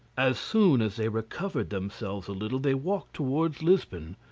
as soon as they recovered themselves a little they walked toward lisbon.